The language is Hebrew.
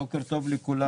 בוקר טוב לכולם.